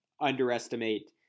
underestimate